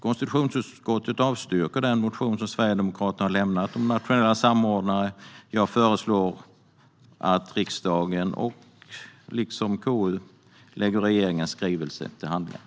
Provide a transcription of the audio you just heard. Konstitutionsutskottet avstyrker den motion som Sverigedemokraterna har lämnat om nationella samordnare. Jag föreslår att riksdagen liksom KU lägger regeringens skrivelse till handlingarna.